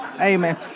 amen